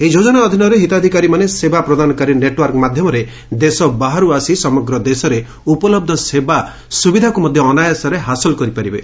ଏହି ଯୋଜନା ଅଧୀନରେ ହିତାଧିକାରୀମାନେ ସେବା ପ୍ରଦାନକାରୀ ନେଟ୍ୱର୍କ ମାଧ୍ୟମରେ ଦେଶ ବାହାର୍ତ ଆସି ସମଗ୍ର ଦେଶରେ ଉପଲହ୍ଧ ସେବା ସ୍ୱବିଧାକୁ ମଧ୍ୟ ଅନାୟାସରେ ହାସଲ କରିପାରିବେ